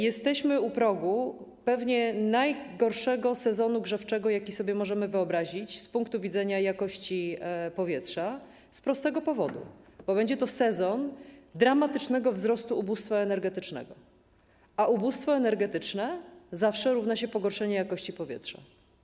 Jesteśmy u progu pewnie najgorszego sezonu grzewczego, jaki sobie możemy wyobrazić z punktu widzenia jakości powietrza z prostego powodu: będzie to sezon dramatycznego wzrostu ubóstwa energetycznego, a ubóstwo energetyczne zawsze przekłada się na pogorszenie jakości powietrza.